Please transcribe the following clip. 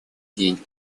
день